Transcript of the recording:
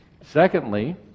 Secondly